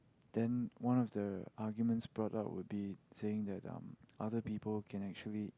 than one of the arguments brought up will be saying that um other people can actually